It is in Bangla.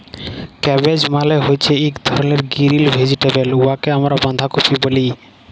ক্যাবেজ মালে হছে ইক ধরলের গিরিল ভেজিটেবল উয়াকে আমরা বাঁধাকফি ব্যলি